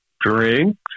drinks